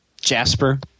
Jasper